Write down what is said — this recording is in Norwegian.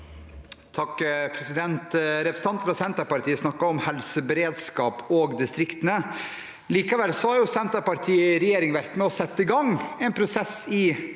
(H) Representanten fra Senterpartiet snakket om helseberedskap og distriktene. Likevel har Senterpartiet i regjering vært med på å sette i gang en prosess i